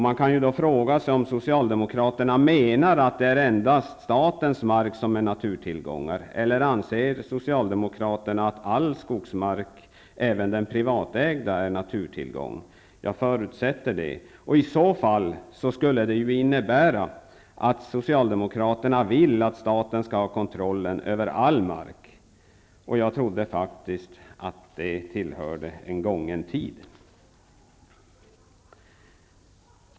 Menar Socialdemokraterna att det är endast statens mark som kan betraktas som naturtillgång? Eller anser Socialdemokraterna att all skogsmark, även den privatägda, är en naturtillgång? Jag förutsätter det, och i så fall skulle det innebära att Socialdemokraterna vill att staten skall ha kontroll över all mark. Det trodde jag faktiskt tillhörde en förgången tid.